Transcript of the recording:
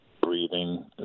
breathing